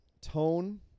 tone